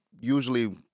usually